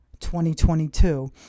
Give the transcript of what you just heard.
2022